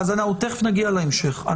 תכף נגיע להמשך.